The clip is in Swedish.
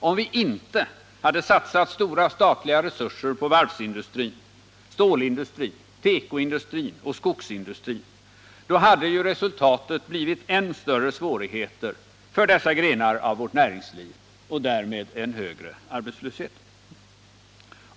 Om vi inte hade satsat stora statliga resurser på varvsindustrin, stålindustrin, tekoindustrin och skogsindustrin, hade ju resultatet blivit än större svårigheter för dessa grenar av vårt näringsliv och därmed en större arbetslöshet.